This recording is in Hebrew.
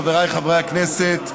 חבריי חברי הכנסת,